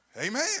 Amen